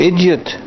Idiot